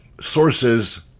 sources